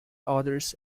orders